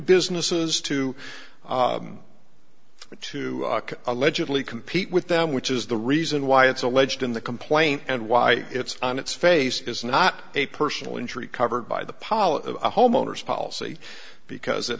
businesses to to allegedly compete with them which is the reason why it's alleged in the complaint and why it's on its face is not a personal injury covered by the policy of a homeowner's policy because it